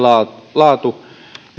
laatu